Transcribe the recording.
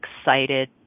excited